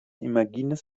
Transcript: imagines